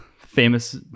famous